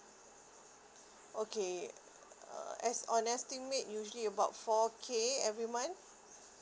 okay uh as on estimate usually about four K every month